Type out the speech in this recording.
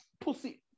pussy